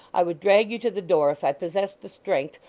i would drag you to the door if i possessed the strength,